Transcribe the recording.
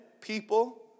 people